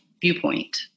viewpoint